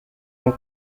donc